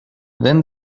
then